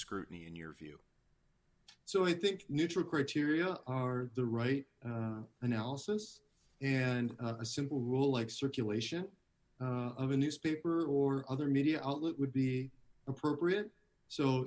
scrutiny in your view so i think neutral criteria are the right analysis and a simple rule like circulation of a newspaper or other media outlet would be appropriate so